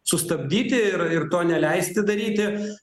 sustabdyti ir ir to neleisti daryti